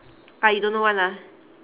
ah you don't know [one] lah